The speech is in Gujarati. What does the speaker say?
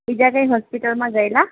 બીજા કંઈ હોસ્પિટલમાં ગયેલા